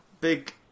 big